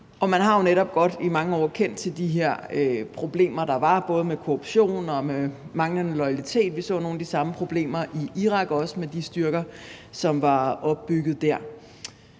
man har jo netop i mange år godt kendt til de her problemer, der var, både med korruption og med manglende loyalitet. Vi så nogle af de samme problemer i Irak også, med de styrker, som var opbygget der.